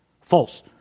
false